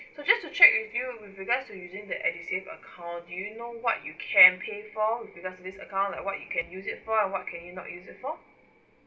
so just to check with you with regards to using the edusave account do you know what you can pay for with regards to this account like what you can use it for and what can you not use it for